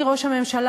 אדוני ראש הממשלה,